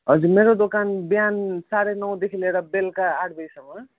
हजुर मेरो दोकान बिहान साढे नौदेखि लिएर बेलुका आठ बजीसम्म